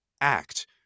act